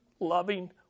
loving